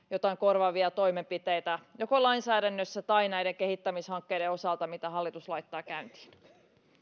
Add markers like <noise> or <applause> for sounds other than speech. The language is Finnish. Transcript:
<unintelligible> joitain korvaavia toimenpiteitä joko lainsäädännössä tai näiden kehittämishankkeiden osalta mitä hallitus laittaa käyntiin